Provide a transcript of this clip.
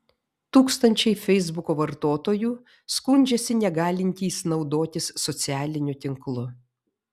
tūkstančiai feisbuko vartotojų skundžiasi negalintys naudotis socialiniu tinklu